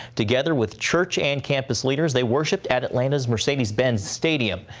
together with church and campus leaders, they worshiped atlanta's mercedes-benz stadium.